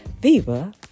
Viva